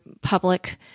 public